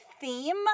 theme